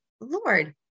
Lord